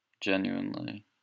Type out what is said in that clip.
Genuinely